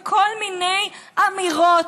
וכל מיני אמירות,